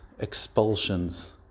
expulsions